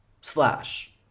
slash